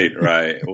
right